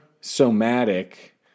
somatic